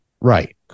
Right